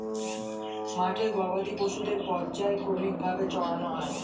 মাঠে গবাদি পশুদের পর্যায়ক্রমিক ভাবে চরানো হয়